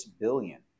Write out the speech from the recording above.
billion